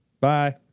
Bye